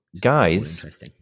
guys